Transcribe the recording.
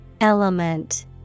Element